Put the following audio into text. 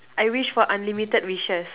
I wish for unlimited wishes